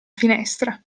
finestra